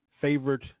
favorite